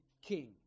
king